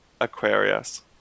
Aquarius